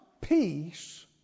peace